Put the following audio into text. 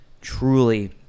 truly